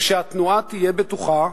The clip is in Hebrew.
ושהתנועה תהיה בטוחה,